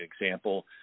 example